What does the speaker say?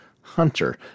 hunter